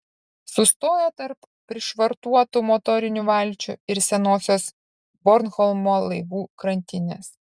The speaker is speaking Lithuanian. sustoja tarp prišvartuotų motorinių valčių ir senosios bornholmo laivų krantinės